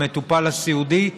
במטופל הסיעודי,